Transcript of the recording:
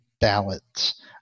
ballots